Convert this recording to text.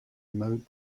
mowed